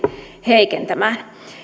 heikentämään